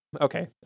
Okay